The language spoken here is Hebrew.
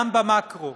גם במקרו,